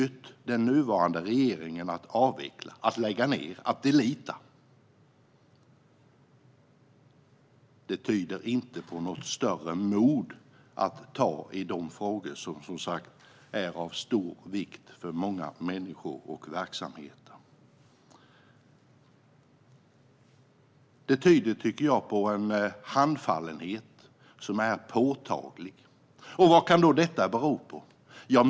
Den nuvarande regeringen beslutade att avveckla, att lägga ned, att radera den utredningen. Det tyder inte på något större mod när det gäller att ta tag i de frågor som, som sagt, är av stor vikt för många människor och verksamheter. Det tyder på en påtaglig handfallenhet. Vad kan då detta bero på?